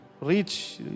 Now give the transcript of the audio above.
reach